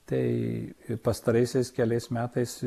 tai pastaraisiais keliais metais